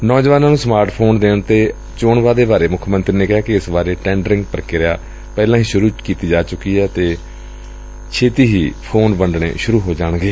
ਨੌਜਵਾਨਾਂ ਨੂੰ smart phone ਦੇਣ ਦੇ ਚੋਣ ਵਾਅਦੇ ਬਾਰੇ ਮੁੱਖ ਮੰਤਰੀ ਨੇ ਕਿਹਾ ਕਿ ਇਸ ਬਾਰੇ ਟੈਂਡਰਿੰਗ ਪ੍ਰਿਕਿਰਿਆ ਪਹਿਲਾਂ ਹੀ ਸ਼ੁਰੁ ਕੀਤੀ ਜਾ ਚੁੱਕੀ ਏ ਅਤੇ ਫੋਨ ਵੰਡਣੇ ਛੇਤੀ ਹੀ ਸ਼ੁਰੂ ਕੀਤੇ ਜਾਣਗੇ